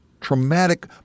traumatic